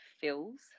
fills